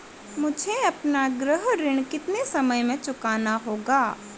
मुझे अपना गृह ऋण कितने समय में चुकाना होगा?